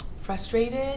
frustrated